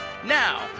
Now